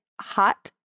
hot